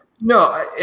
No